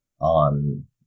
On